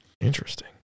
Interesting